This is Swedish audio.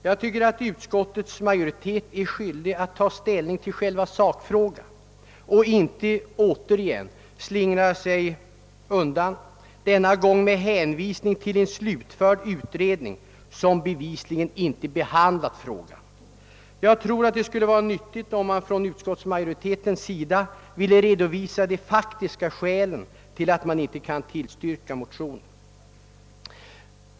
Jag tycker att utskottsmajoriteten är skyldig att ta ställning till själva sakfrågan i stället för att återigen slingra sig undan, denna gång med hänvisning till en slutförd utredning, som bevisligen inte behandlat problemet. Det skulle vara nyttigt om utskottsmajoriteten ville redovisa de faktiska skälen till att man inte kan tillstyrka motionen.